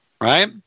Right